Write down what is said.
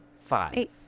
five